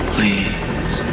Please